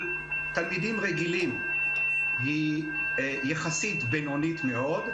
תלמידים רגילים היא יחסית בינונית מאוד,